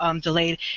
delayed